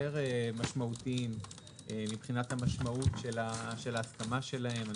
משמעותיים מבחינת המשמעות של ההסכמה שלהם.